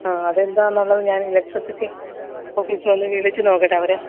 ആ അതെന്താന്നുള്ളത് ഞാൻ ഇലക്ട്രിസിറ്റി ഓഫീസിൽ ഒന്ന് വിളിച്ച് നോക്കട്ടെ അവർ